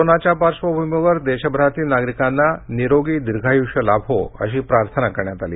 कोरोनाच्या पार्श्वभुमीवर देशभरातील नागरिकांना निरोगी दीर्घायुष्य लाभो अशी प्रार्थना करण्यात आली